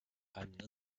not